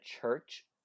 church